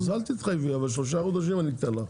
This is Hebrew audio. אז אל תתחייבי, אבל שלושה חודשים אני אתן לך.